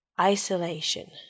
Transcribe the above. isolation